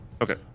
Okay